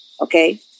okay